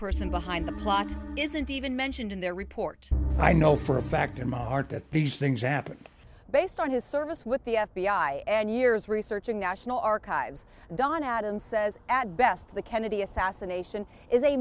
person behind the plot isn't even mentioned in their report i know for a fact in my heart that these things happen based on his service with the f b i and years researching national archives don adams says at best the kennedy assassination is a